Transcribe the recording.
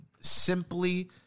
simply